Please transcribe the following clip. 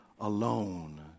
alone